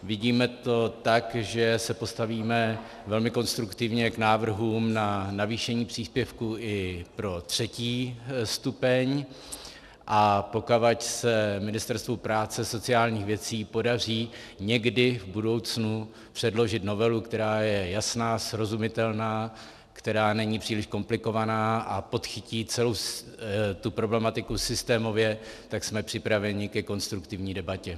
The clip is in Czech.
Vidíme to tak, že se postavíme velmi konstruktivně k návrhům na navýšení příspěvku i pro třetí stupeň, a pokud se Ministerstvu práce a sociálních věcí podaří někdy v budoucnu předložit novelu, která je jasná, srozumitelná, která není příliš komplikovaná a podchytí celou tu problematiku systémově, tak jsme připraveni ke konstruktivní debatě.